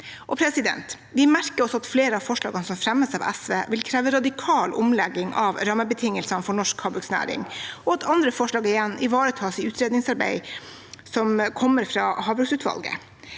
verdensmarked. Vi merker oss at flere av forslagene som fremmes av SV, vil kreve radikal omlegging av rammebetingelsene for norsk havbruksnæring, og at andre forslag ivaretas i utredningsarbeid som kommer fra havbruksutvalget.